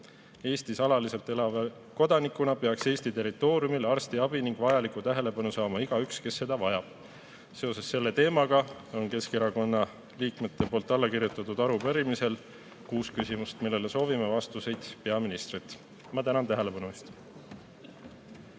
Eestis alaliselt elava kodanikuna peaks Eesti territooriumil arstiabi ning vajalikku tähelepanu saama igaüks, kes seda vajab. Seoses selle teemaga on Keskerakonna liikmete allkirjastatud arupärimisel kuus küsimust, millele soovime vastuseid peaministrilt. Tänan tähelepanu